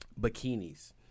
Bikinis